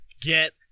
get